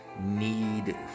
need